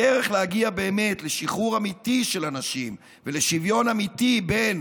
הדרך לפתור ולהגיע לשחרור אמיתי של הנשים ולשוויון אמיתי בין